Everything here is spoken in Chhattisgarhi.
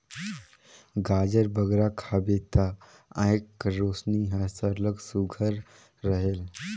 गाजर बगरा खाबे ता आँएख कर रोसनी हर सरलग सुग्घर रहेल